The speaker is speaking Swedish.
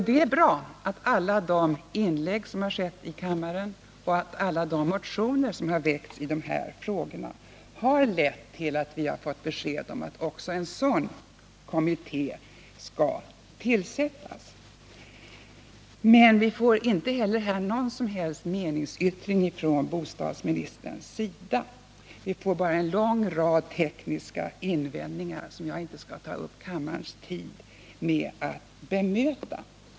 Det är bra att alla de inlägg som har gjorts i kammaren och alla de motioner som har väckts i dessa frågor har lett till att också en sådan kommitté skall tillsättas. Men vi får inte heller här någon som helst meningsyttring från bostadsministern — bara en lång rad tekniska invändningar som jag inte skall ta upp kammarens tid med att bemöta.